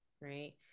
right